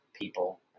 people